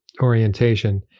Orientation